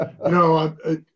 No